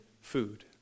food